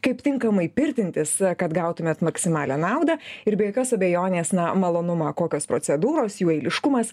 kaip tinkamai pirtintis kad gautumėt maksimalią naudą ir be jokios abejonės na malonumą kokios procedūros jų eiliškumas